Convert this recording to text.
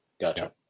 gotcha